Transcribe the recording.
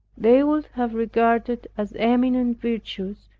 they would have regarded as eminent virtues,